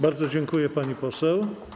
Bardzo dziękuję, pani poseł.